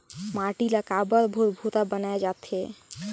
माटी ला काबर भुरभुरा बनाय जाथे?